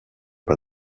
pas